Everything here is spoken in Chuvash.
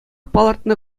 палӑртнӑ